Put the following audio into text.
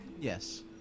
Yes